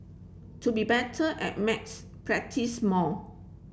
to be better at maths practise more